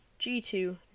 G2